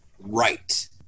Right